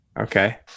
Okay